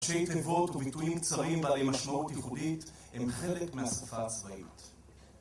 שייטנבולט וביטויים קצרים בעלי משמעות ייחודית הם חלק מהשפה הצבאית